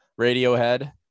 Radiohead